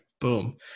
Boom